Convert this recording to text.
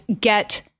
get